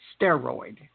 Steroid